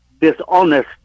dishonest